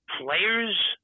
players